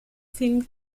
filme